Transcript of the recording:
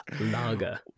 lager